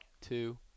two